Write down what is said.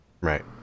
right